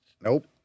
Nope